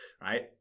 Right